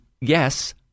yes